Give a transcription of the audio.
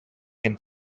can